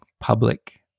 public